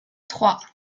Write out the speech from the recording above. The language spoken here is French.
trois